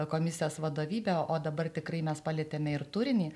komisijos vadovybę o dabar tikrai mes palietėme ir turinį